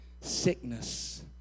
Sickness